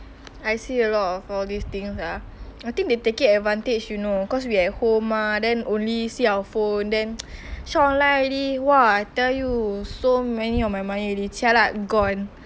I say a lot of all these things ah I think they taking advantage you know because we at home mah then only see our phone then already !wah! I tell you so many of my money gone